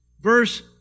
verse